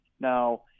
Now